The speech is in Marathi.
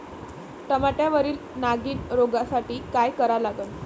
टमाट्यावरील नागीण रोगसाठी काय करा लागन?